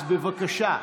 אז בבקשה.